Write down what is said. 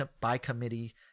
by-committee